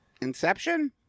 Inception